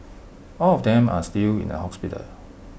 all of them are still in A hospital